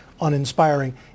uninspiring